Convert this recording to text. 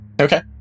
Okay